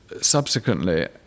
subsequently